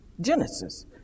Genesis